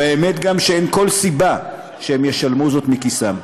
והאמת היא שגם אין כל סיבה שהם ישלמו זאת מכיסם.